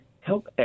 help